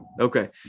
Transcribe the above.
Okay